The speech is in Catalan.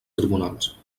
tribunals